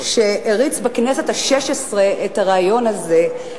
שהריץ בכנסת השש-עשרה את הרעיון הזה.